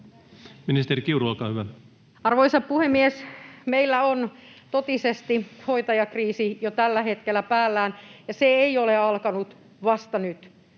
Ministeri Kiuru, olkaa hyvä. Arvoisa puhemies! Meillä on totisesti hoitajakriisi jo tällä hetkellä päällä, ja se ei ole alkanut vasta nyt.